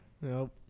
Nope